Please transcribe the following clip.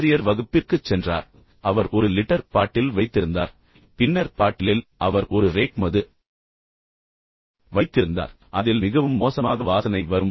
ஆசிரியர் வகுப்பிற்குச் சென்றார் பின்னர் அவர் ஒரு லிட்டர் பாட்டில் வைத்திருந்தார் பின்னர் பாட்டிலில் அவர் ஒரு ரேக் மது வைத்திருந்தார் அதில் மிகவும் மோசமாக வாசனை வரும்